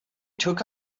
took